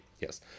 Yes